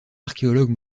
archéologues